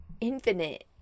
infinite